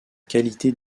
qualité